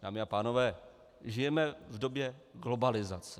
Dámy a pánové, žijeme v době globalizace.